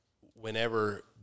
whenever